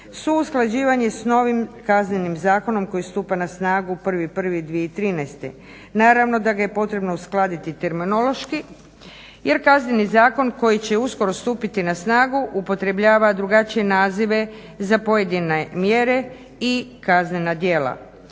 su usklađivanje s novim KZ-om koji stupa na snagu 1.1.2013. Naravno da ga je potrebno uskladiti terminološki jer KZ koji će uskoro stupiti na snagu upotrebljava drugačije nazive za pojedine mjere i kaznena djela.